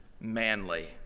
manly